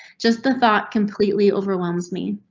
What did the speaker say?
just the thought completely overwhelms me.